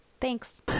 Thanks